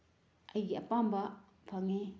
ꯑꯩꯒꯤ ꯑꯄꯥꯝꯕ ꯐꯪꯉꯤ